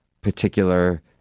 particular